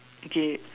okay